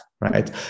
right